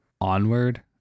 Onward